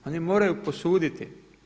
Oni moraju posuditi.